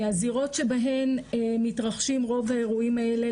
הזירות שבהן מתרחשים רוב האירועים האלה,